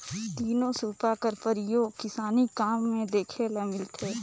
तीनो सूपा कर परियोग किसानी काम मे देखे ले मिलथे